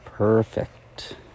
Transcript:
Perfect